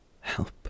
Help